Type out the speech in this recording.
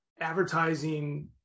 advertising